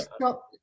stop